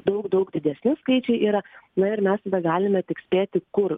daug daug didesni skaičiai yra na ir mes tada galime tik spėti kur